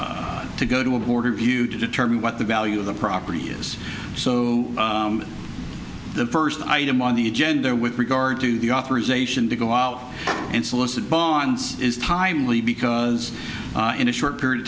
to to go to a boarder view to determine what the value of the property is so the first item on the agenda with regard to the authorization to go out and solicit bonds is timely because in a short period of